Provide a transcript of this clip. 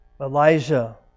Elijah